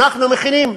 אנחנו מכינים.